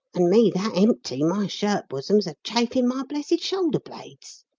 and me that empty my shirt-bosom's a-chafing my blessed shoulder-blades!